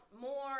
more